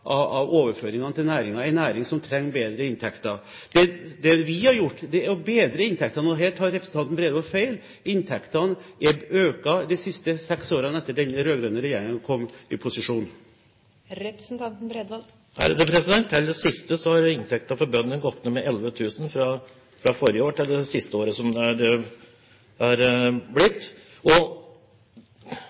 overføringene til næringen, en næring som trenger mer inntekter. Det vi har gjort, er å bedre inntektene. Og her tar representanten Bredvold feil. Inntektene har økt de siste seks årene, etter at denne rød-grønne regjeringen kom i posisjon. Til det siste: Inntektene for bøndene har gått ned med 11 000 kr fra forrige år til det siste året. Statsråden må vel ha fått med seg at det stadig blir færre og